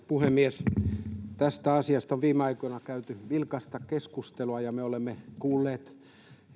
puhemies tästä asiasta on viime aikoina käyty vilkasta keskustelua ja me olemme kuulleet